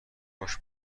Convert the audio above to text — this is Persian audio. کاش